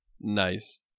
Nice